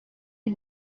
est